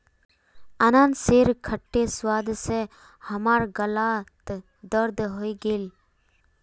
अनन्नासेर खट्टे स्वाद स हमार गालत दर्द हइ गेले